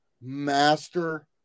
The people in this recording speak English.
master